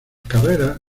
carreras